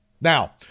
Now